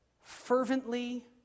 fervently